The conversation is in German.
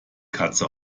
katze